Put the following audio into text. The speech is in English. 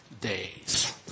days